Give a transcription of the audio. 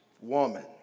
Woman